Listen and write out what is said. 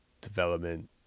development